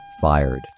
Fired